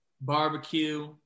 barbecue